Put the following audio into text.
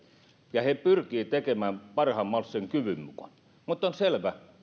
ja he pyrkivät tekemään sen parhaan mahdollisen kykynsä mukaan mutta on selvä